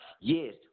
Yes